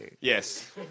Yes